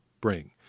bring